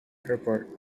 airport